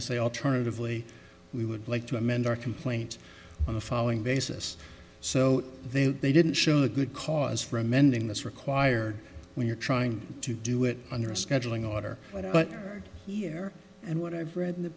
they say alternatively we would like to amend our complaint on the following basis so they they didn't show the good cause for amending this required when you're trying to do it under a scheduling order but here and what i've read in the